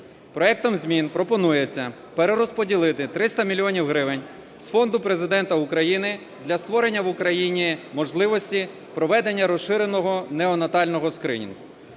Проектом змін пропонується перерозподілити 300 мільйонів гривень з Фонду Президента України для створення в Україні можливості проведення розширеного неонатального скринінгу.